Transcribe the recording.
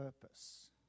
purpose